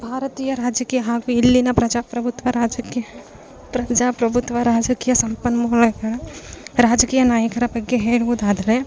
ಭಾರತೀಯ ರಾಜಕೀಯ ಹಾಗು ಇಲ್ಲಿನ ಪ್ರಜಾಪ್ರಭುತ್ವ ರಾಜಕೀಯ ಪ್ರಜಾಪ್ರಭುತ್ವ ರಾಜಕೀಯ ಸಂಪನ್ಮೂಲಗಳ ರಾಜಕೀಯ ನಾಯಕರ ಬಗ್ಗೆ ಹೇಳುವುದಾದರೆ